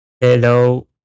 Hello